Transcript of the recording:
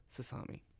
Sasami